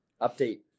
update